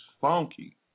funky